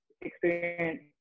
experience